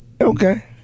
Okay